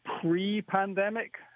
pre-pandemic